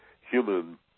human